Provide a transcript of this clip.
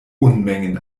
unmengen